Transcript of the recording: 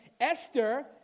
Esther